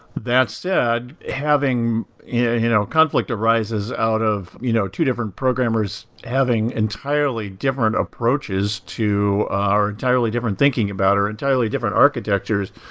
that said, conflict yeah you know conflict arises out of you know two different programmers having entirely different approaches to ah or entirely different thinking about, or entirely different architectures,